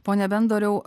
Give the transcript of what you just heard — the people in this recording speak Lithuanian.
pone bendoriau